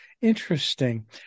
interesting